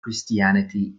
christianity